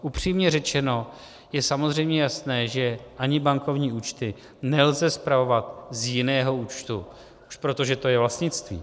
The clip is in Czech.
Upřímně řečeno, je samozřejmě jasné, že ani bankovní účty nelze spravovat z jiného účtu už proto, že to je vlastnictví.